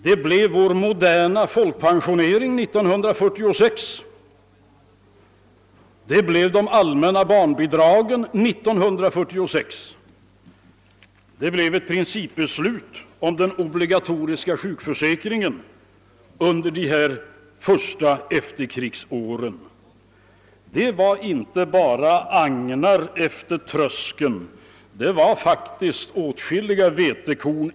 Det blev vår moderna folkpensionering och de allmänna barnbidragen år 1946. Det blev också ett principbeslut om den obligatoriska sjukförsäkringen under de första efterkrigsåren. Det blev inte bara agnar kvar efter trösken; det blev faktiskt även åtskilliga vetekorn.